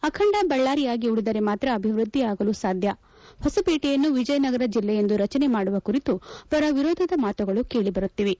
ಅಖಂಡ ಬಳ್ಳಾರಿಯಾಗಿ ಉಳಿದರೆ ಮಾತ್ರ ಅಭಿವೃದ್ದಿಯಾಗಲು ಸಾಧ್ಯ ಹೊಸಪೇಟೆಯನ್ನು ವಿಜಯನಗರ ಜಿಲ್ಲೆಯೆಂದು ರಚನೆ ಮಾಡುವ ಕುರಿತು ಪರ ವಿರೋಧದ ಮಾತುಗಳು ಕೇಳಬರುತ್ತಿವೆ